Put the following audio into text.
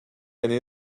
année